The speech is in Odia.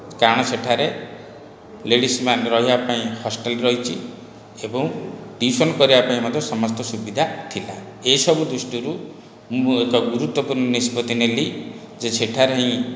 କାରଣ ସେଠାରେ ଲେଡ଼ିଜ୍ମାନେ ରହିବା ପାଇଁ ହଷ୍ଟେଲ ରହିଛି ଏବଂ ଟିଉସନ୍ କରିବା ପାଇଁ ମଧ୍ୟ ସମସ୍ତ ସୁବିଧା ଥିଲା ଏସବୁ ଦୃଷ୍ଟିରୁ ମୁଁ ଏକ ଗୁରୁତ୍ଵପୂର୍ଣ ନିଷ୍ପତି ନେଲି ଯେ ସେଠାରେ ହିଁ